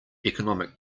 economic